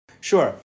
Sure